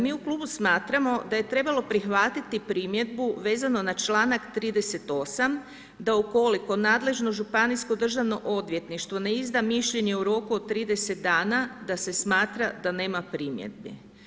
Mi u klubu smatramo da je trebalo prihvatiti primjedbu vezano na članak 38. da ukoliko nadležno Županijsko državno odvjetništvo ne izda mišljenje u roku od 30 dana da se smatra da nema primjedbi.